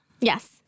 yes